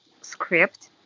script